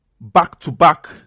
back-to-back